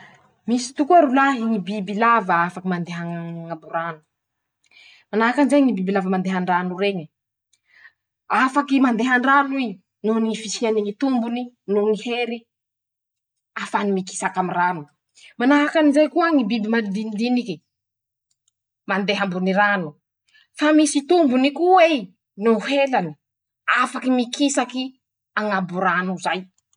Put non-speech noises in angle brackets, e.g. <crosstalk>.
Misy tokoa rolahy ñy biby lava afaky mandeha aa añabo rano: -Manahaky anizay ñy biby lava mandeha an-drano reñy. afaky mandeha andrano i. noho ny ñy fisiany ñy tombony noho ñy hery ahafahany mikisaky amy rano ;manahaky anizay koa ñy biby malinidinike. <shushes> mandeha ambony rano. <shushes> fa misy tombony ko'ey no helany. afaky mikisaky añabo rano zay.